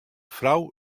frou